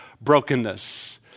brokenness